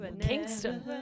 Kingston